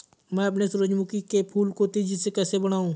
मैं अपने सूरजमुखी के फूल को तेजी से कैसे बढाऊं?